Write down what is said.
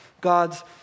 God's